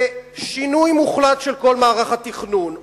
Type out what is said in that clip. בשינוי מוחלט של כל מערך התכנון,